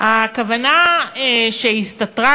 הכוונה שהסתתרה,